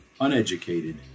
uneducated